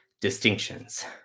distinctions